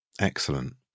excellent